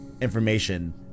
information